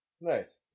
Nice